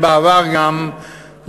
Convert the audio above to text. בעבר, גם